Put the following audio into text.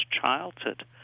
childhood